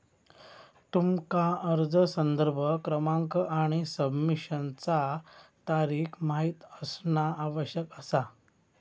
तुमका अर्ज संदर्भ क्रमांक आणि सबमिशनचा तारीख माहित असणा आवश्यक असा